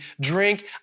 drink